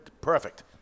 Perfect